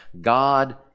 God